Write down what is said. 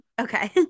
Okay